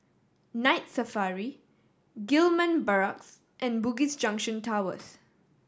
Night Safari Gillman Barracks and Bugis Junction Towers